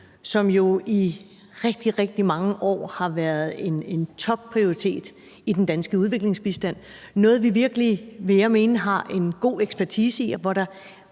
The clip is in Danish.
som jo i rigtig, rigtig mange år har været en topprioritet i den danske udviklingsbistand, og som er noget, vi virkelig, vil jeg mene, har en god ekspertise i, og hvor der